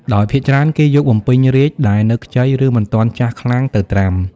ដោយភាគច្រើនគេយកបំពេញរាជ្យដែលនៅខ្ចី ឬមិនទាន់ចាស់ខ្លាំងទៅត្រាំ។